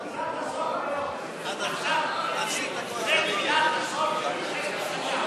אז אפשר עכשיו להפסיד את כל, נתניהו.